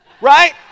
Right